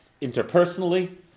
interpersonally